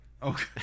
Okay